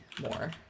more